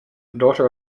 daughter